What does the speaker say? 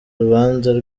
rubanza